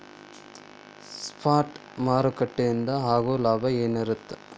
Spot ಮಾರುಕಟ್ಟೆಯಿಂದ ಆಗೋ ಲಾಭ ಏನಿರತ್ತ?